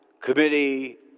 committee